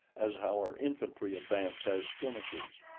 as our infantry advance as skirmishers.